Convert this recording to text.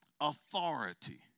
authority